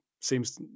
seems